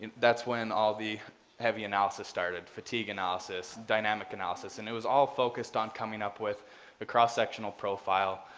and that's when all the heavy analysis started, fatigue analysis, dynamic analysis and it was all focused on coming up with the cross-sectional profile,